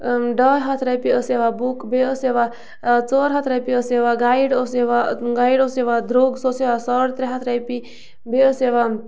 ڈاے ہَتھ رۄپیہِ ٲس یِوان بُک بیٚیہِ ٲس یِوان ژور ہتھ رۄپیہِ ٲس یِوان گایِڈ اوس یِوان گایِڈ اوس یِوان درٛوٚگ سُہ اوس یِوان ساڑ ترٛےٚ ہتھ رۄپیہِ بیٚیہِ ٲس یِوان